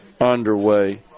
underway